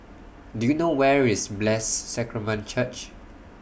Do YOU know Where IS Blessed Sacrament Church